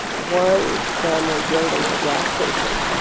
one family building a gas station